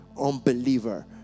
unbeliever